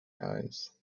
eyes